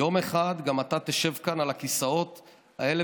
יום אחד גם אתה תשב כאן על הכיסאות האלה